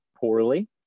poorly